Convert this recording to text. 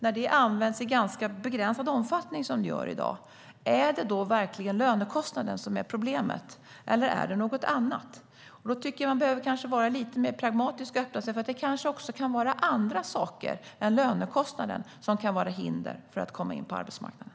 När det används i ganska begränsad omfattning, som i dag, är det då verkligen lönekostnaden som är problemet, eller är det något annat? Jag tycker att man behöver vara lite mer pragmatisk och öppen för att det faktiskt kan vara annat än lönekostnaden som kan vara hinder för att komma in på arbetsmarknaden.